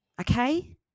okay